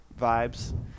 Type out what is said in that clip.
vibes